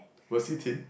was he thin